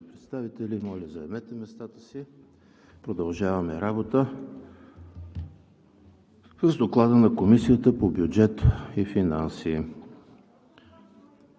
представители, моля заемете местата си. Продължаваме работа по Доклада на Комисията по бюджет и финанси